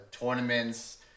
Tournaments